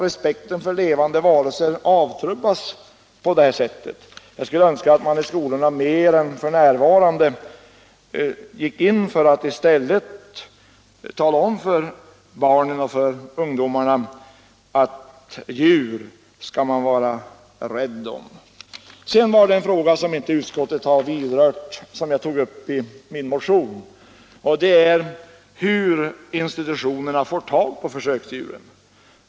Respekten för levande varelser avtrubbas på det här sättet, och jag skulle önska att man i skolorna mer än som f.n. sker gick in för att i stället tala om för barnen och ungdomarna att man skall vara rädd om djuren. Jag vill härefter ta upp den fråga som utskottet inte har berört men som jag har behandlat i min motion. Det gäller hur institutionerna får tag på försöksdjuren.